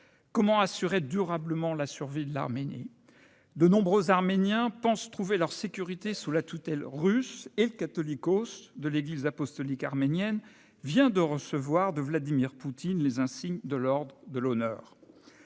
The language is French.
comment assurer durablement la survie de l'Arménie ? De nombreux Arméniens pensent trouver leur sécurité sous la tutelle russe et le catholicos de l'Église apostolique arménienne vient de recevoir de Vladimir Poutine les insignes de l'ordre de l'Honneur.